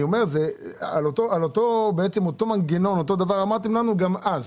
על אותו מנגנון אמרתם לנו גם אז.